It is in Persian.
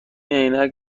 عینک